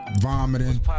vomiting